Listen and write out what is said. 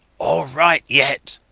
all right yet.